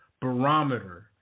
barometer